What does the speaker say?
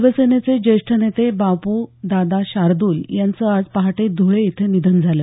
शिवसेनेचे ज्येष्ठ नेते बापू दादा शार्दल यांचं आज पहाटे ध्वळे इथे निधन झालं